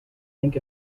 think